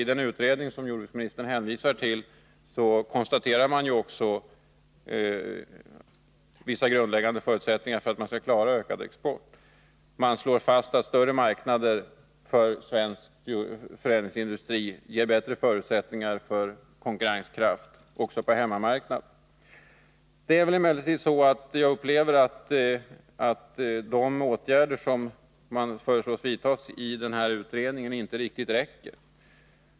I den utredning jordbruksministern hänvisar till konstateras också att vissa grundläggande förutsättningar måste uppfyllas för att man skall klara ökad export. Utredningen slår fast att större marknader för svensk förädlingsindustri ger bättre förutsättningar för konkurrenskraft också på hemmamarknaden. Jag upplever det emellertid så att de åtgärder som föreslås i utredningen inte riktigt räcker.